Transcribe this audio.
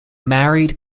married